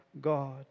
God